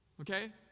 okay